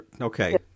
Okay